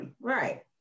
Right